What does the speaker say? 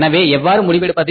எனவே எவ்வாறு முடிவெடுப்பது